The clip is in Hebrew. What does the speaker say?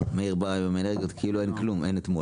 מאיר בא היום עם אנרגיות כאילו אין אתמול.